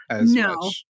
No